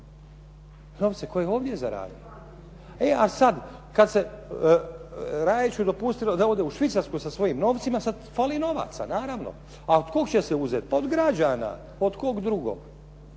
novce koje je ovdje zaradio. E a sad kad se Rajiću dopustilo da ode u Švicarsku sa svojim novcima sad fali novaca naravno. A od kog će se uzet? Pa od građana od kog drugog,